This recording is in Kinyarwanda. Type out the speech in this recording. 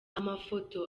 amafoto